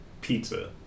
Pizza